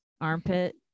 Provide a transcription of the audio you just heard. Armpit